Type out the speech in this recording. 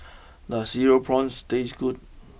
does Cereal Prawns taste good